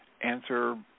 answer